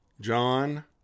John